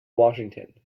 washington